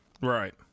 Right